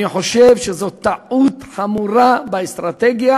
אני חושב שזו טעות חמורה באסטרטגיה